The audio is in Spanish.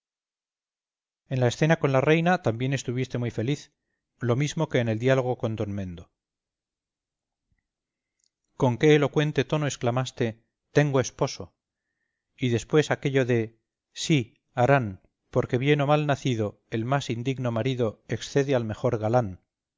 en la escena con la reina también estuviste muy feliz lo mismo que en el diálogo con d mendo con qué elocuente tono exclamaste tengo esposo y después aquello de pero desde que salí yo y me viste es lo que digo el temor